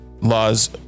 laws